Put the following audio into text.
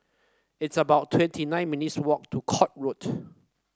it's about twenty nine minutes' walk to Court Road